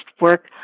work